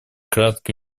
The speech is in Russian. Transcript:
кратко